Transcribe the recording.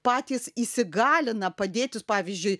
patys įsigalina padėti pavyzdžiui